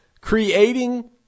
creating